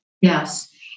Yes